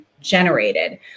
generated